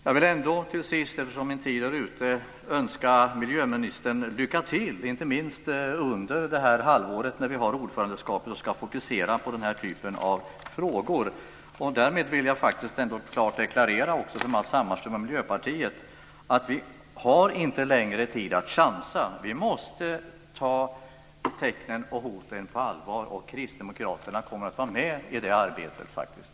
Jag vill, eftersom min talartid är ute, avslutningsvis önska miljöministern lycka till, inte minst under det halvår när vi har ordförandeskapet och ska fokusera på den här typen av frågor. Jag vill också klart deklarera för Matz Hammarström och Miljöpartiet att vi inte längre har tid att chansa. Vi måste ta tecknen och hoten på allvar, och kristdemokraterna kommer att vara aktiva i det sammanhanget.